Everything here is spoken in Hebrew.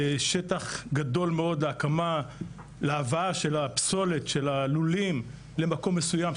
שטח גדול מאוד להבאה של הפסולת של הלולים למקום מסוים,